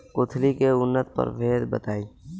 कुलथी के उन्नत प्रभेद बताई?